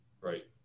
Right